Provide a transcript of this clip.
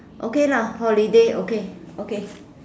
okay lah holiday okay okay